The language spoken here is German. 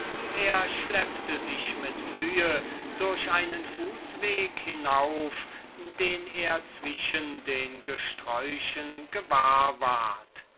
er schleppte sich also mit mühe durch einen fußweg hinauf den er zwischen den gesträuchen gewahr ward